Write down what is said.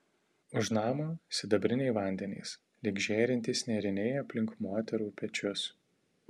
už namo sidabriniai vandenys lyg žėrintys nėriniai aplink moterų pečius